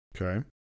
Okay